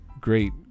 great